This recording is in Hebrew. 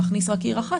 שמכניס רק עיר אחת,